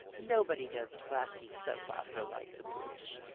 nobody does classy soap operas like the british,